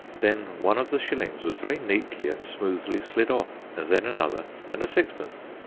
then one of the shillings was very neatly and smoothly slid off, and then another and a sixpence.